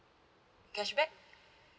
cashback